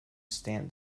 stamp